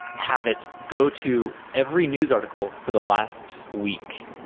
have it go to every news article for the last week,